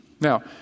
Now